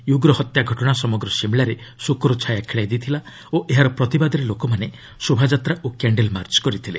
ୟୁବ୍ର ହତ୍ୟା ଘଟଣା ସମଗ୍ର ସିମ୍ଳାରେ ଶୋକର ଛାୟା ଖେଳାଇ ଦେଇଥିଲା ଓ ଏହାର ପ୍ରତିବାଦରେ ଲୋକମାନେ ଶୋଭାଯାତ୍ରା ଓ କ୍ୟାଶ୍ଡେଲ୍ ମାର୍ଚ୍ଚ କରିଥିଲେ